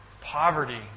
poverty